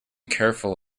careful